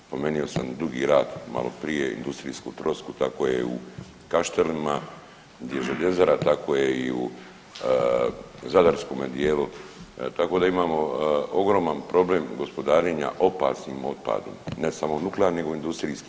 Spomenuo sam Dugi rat maloprije, industrijsku trosku, tako je i u Kaštelima gdje je željezara, tako je i u zadarskome dijelu, tako da imamo ogroman problem gospodarenja opasnim otpadom, ne samo nuklearnim nego i industrijskim.